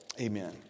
amen